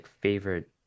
favorite